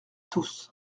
tous